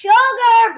Sugar